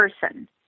person